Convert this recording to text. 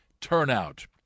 turnout